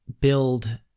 build